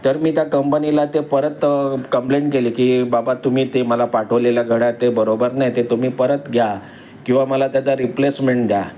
तर तर मी त्या कंपनीला ते परत कंप्लेंट केली की बाबा तुम्ही ते मला पाठवलेलं घडा ते बरोबर नाही ते तुम्ही परत घ्या किंवा मला त्याचा रिप्लेसमेंट द्या